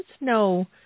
no